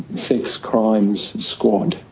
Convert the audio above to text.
sex crimes squad.